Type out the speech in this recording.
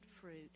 fruit